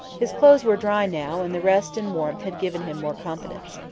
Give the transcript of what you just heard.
his clothes were dry now and the rest and warmth had given him more confidence.